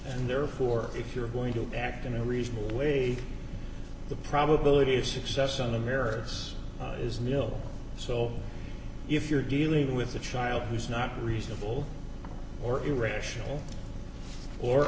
and therefore if you're going to act in a reasonable way the probability of success on the merits is nil so if you're dealing with a child who's not reasonable or irrational or